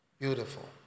beautiful